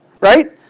right